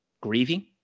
grieving